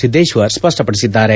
Siddeshwar ಸಪ್ಪಪಡಿಸಿದ್ದಾರೆ